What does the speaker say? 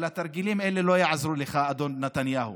אבל התרגילים האלה לא יעזרו לך, אדון נתניהו.